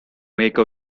make